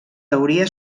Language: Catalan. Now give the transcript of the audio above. teoria